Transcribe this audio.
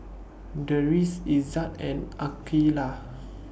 Deris Izzat and Aqeelah